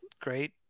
great